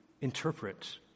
interpret